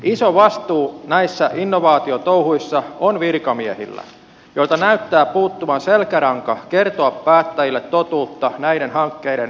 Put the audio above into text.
iso vastuu näissä innovaatiotouhuissa on virkamiehillä joilta näyttää puuttuvan selkäranka kertoa päättäjille totuus näiden hankkeiden järkevyydestä